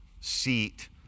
seat